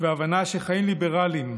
והבנה שחיים ליברליים,